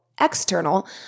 external